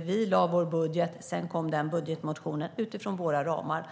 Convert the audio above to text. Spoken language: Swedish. Vi lade fram vår budget, och sedan kom budgetmotionen utifrån våra ramar.